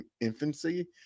infancy